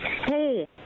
Hey